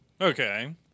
Okay